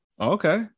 okay